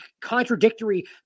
contradictory